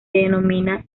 denomina